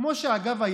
אגב,